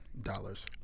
Dollars